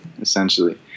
essentially